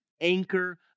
anchor